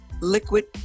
liquid